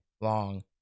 long